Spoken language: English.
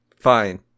Fine